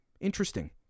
Interesting